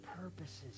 purposes